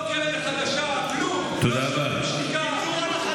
לא הקרן החדשה, כלום, לא שוברים שתיקה, כלום.